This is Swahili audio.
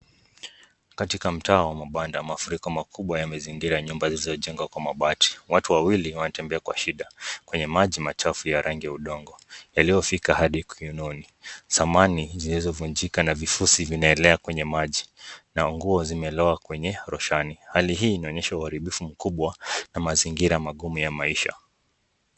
Katika mtaa wa mabanda mafuriko makubwa yamezingira nyumba zilizojengwa kwa mabati. Watu wawili wanatembea kwa shida kwenye maji machafu ya rangi yaliyofika hadi kiunoni. Samani zilizovunjika na vipusi vinaekea kwenye maji na nguo zimeloa kwenye roshani. Hali hii inaonyesha uharibifu mkubwa na mazingira magumu ya maisha.